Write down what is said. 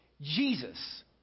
Jesus